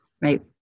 Right